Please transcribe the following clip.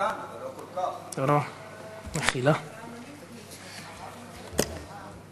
למה לא נמשיך את דרכו של הרב עובדיה?